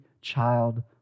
child